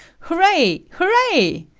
hooray! hooray!